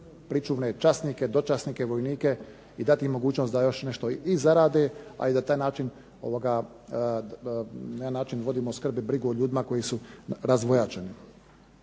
pričuvne časnike, dočasnike, vojnike i dati im mogućnost da još nešto i zarade, a i da na taj način, na jedan način vodimo skrb i brigu o ljudima koji su razvojačeni.